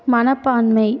மனப்பான்மை